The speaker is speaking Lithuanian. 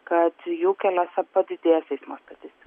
kad jų keliuose padidės eismo statistika